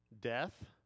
death